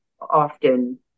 often